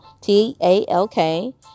t-a-l-k